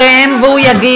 לך אסור.